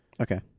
Okay